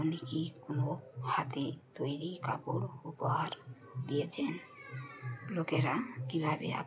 আপনি কি কোনো হাতে তৈরি কাপড় উপহার দিয়েছেন লোকেরা কীভাবে আপ